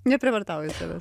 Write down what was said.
neprievartauju savęs